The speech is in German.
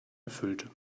erfüllte